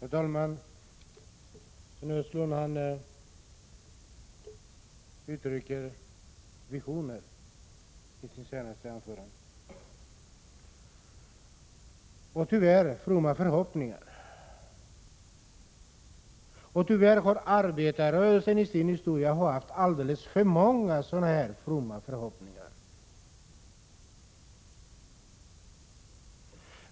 Herr talman! Sten Östlund uttrycker visioner i sitt senaste anförande och också fromma förhoppningar. Tyvärr har arbetarrörelsen i sin historia haft alldeles för många sådana här fromma förhoppningar.